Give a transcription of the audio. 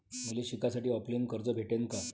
मले शिकासाठी ऑफलाईन कर्ज भेटन का?